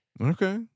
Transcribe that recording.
Okay